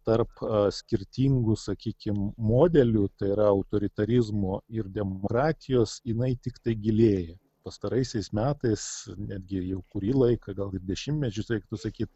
tarp skirtingų sakykim modelių tai yra autoritarizmo ir demokratijos jinai tiktai gilėja pastaraisiais metais netgi jau kurį laiką gal net dešimtmečius reiktų sakyt